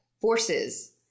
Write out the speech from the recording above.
forces